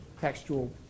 textual